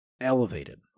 elevated